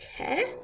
Okay